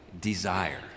desire